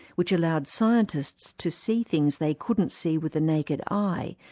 which allowed scientists to see things they couldn't see with the naked eye,